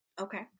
Okay